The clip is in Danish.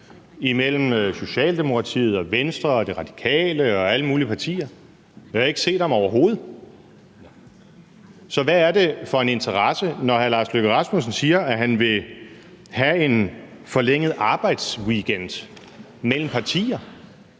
imellem Socialdemokratiet, Venstre, De Radikale og alle mulige partier, når vi overhovedet ikke har set ham? Så når hr. Lars Løkke Rasmussen siger, at han vil have en forlænget arbejdsweekend mellem partier,